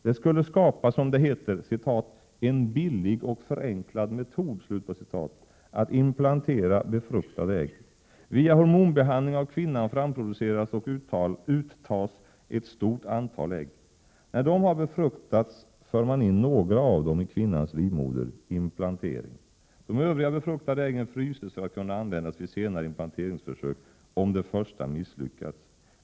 Det skulle skapa, som det heter, ”en billig och förenklad metod” att implantera befruktade ägg. Via hormonbehandling av kvinnan framproduceras och uttas ett stort antal ägg. När de har befruktats för man in några av dem i kvinnans livmoder —- implantering. De övriga befruktade äggen fryses för att kunna användas vid senare implanteringsförsök, om det första misslyckats.